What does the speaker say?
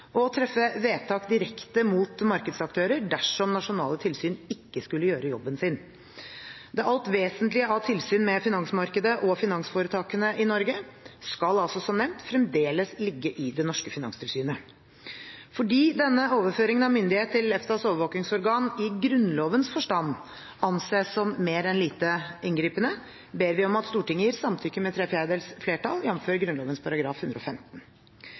å treffe vedtak direkte mot markedsaktører dersom nasjonale tilsyn ikke skulle gjøre jobben sin Det alt vesentlige av tilsynet med finansmarkedet og finansforetakene i Norge skal, som nevnt, fremdeles ligge til det norske finanstilsynet. Fordi denne overføringen av myndighet til EFTAs overvåkingsorgan i Grunnlovens forstand anses som «mer enn lite inngripende», ber vi om at Stortinget gir samtykke med tre fjerdedels flertall, jf. Grunnloven § 115.